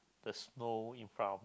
the snow in front of